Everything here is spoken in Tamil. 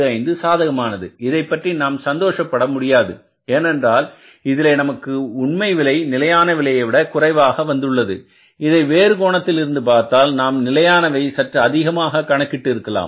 25 சாதகமானது இதைப்பற்றி நாம் சந்தோஷப்பட முடியாது ஏனென்றால் இதிலே நமக்கு உண்மை விலை நிலையான விலையைவிட குறைவாக வந்துள்ளது இதை வேறு கோணத்தில் இருந்து பார்த்தால் நாம் நிலையானவை சற்று அதிகப்படியாக கணக்கிட்டு இருக்கலாம்